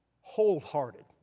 wholehearted